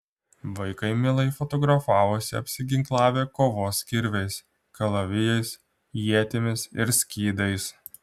vaikai mielai fotografavosi apsiginklavę kovos kirviais kalavijais ietimis ir skydais